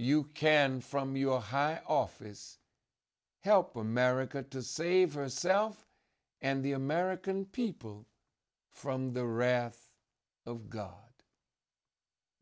you can from your high office help america to save herself and the american people from the wrath of god